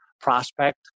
prospect